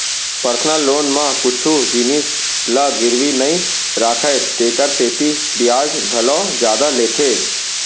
personal loan म कुछु जिनिस ल गिरवी नइ राखय तेकर सेती बियाज घलौ जादा लेथे